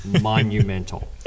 monumental